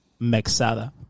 mexada